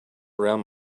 around